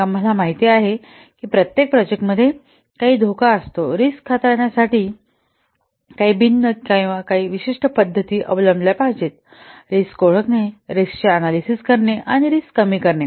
मग आम्हाला माहित आहे की प्रत्येक प्रोजेक्टमध्ये काही धोका असतो रिस्क हाताळण्यासाठी काही भिन्न किंवा काही विशिष्ट पद्धती अवलंबल्या पाहिजेत रिस्क ओळखणे रिस्कचे अनॅलिसिस करणे आणि रिस्क कमी करणे